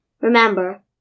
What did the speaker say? Remember